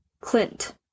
Clint